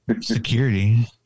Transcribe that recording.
Security